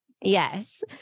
Yes